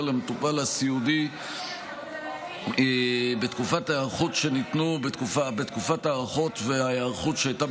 למטופל הסיעודי בתקופות ההיערכות שניתנו בתקופת הקורונה,